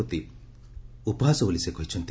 ପ୍ରତି ଉପହାସ ବୋଲି ସେ କହିଛନ୍ତି